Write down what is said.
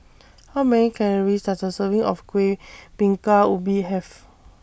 How Many Calories Does A Serving of Kueh Bingka Ubi Have